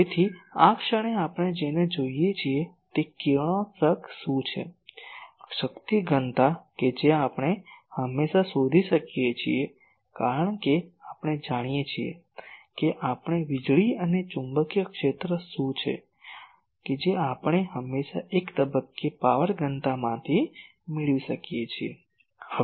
તેથી આ ક્ષણે આપણે જેને જોઈએ છીએ તે કિરણોત્સર્ગ શું છે શક્તિ ઘનતા કે જે આપણે હંમેશા શોધી શકીએ છીએ કારણ કે આપણે જાણીએ છીએ કે આપણે વીજળી અને ચુંબકીય ક્ષેત્ર શું છે જે આપણે હંમેશાં એક તબક્કે પાવર ઘનતામાંથી મેળવી શકીએ છીએ